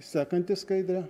sekanti skaidrė